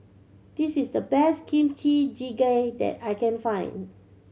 this is the best Kimchi Jjigae that I can find